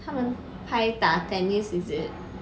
他们拍打 tennis is it